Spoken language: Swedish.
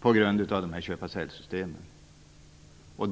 på grund av köpa--sälj-systemen.